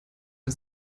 für